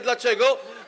Dlaczego?